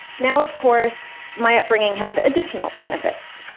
now, of course, my upbringing had additional benefits.